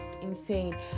insane